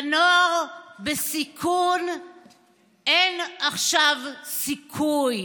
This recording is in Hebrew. לנוער בסיכון אין עכשיו סיכוי.